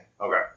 Okay